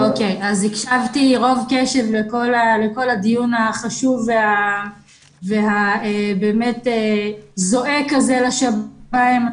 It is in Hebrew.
אז הקשבתי רוב קשב לכל הדיון החשוב והבאמת זועק הזה לשמים.